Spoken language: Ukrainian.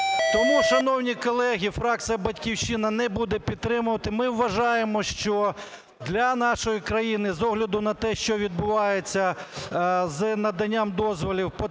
Тому, шановні колеги, фракція "Батьківщина" не буде підтримувати. Ми вважаємо, що для нашої країни, з огляду на те, що відбувається з наданням дозволів,